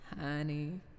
Honey